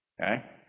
okay